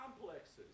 complexes